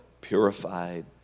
purified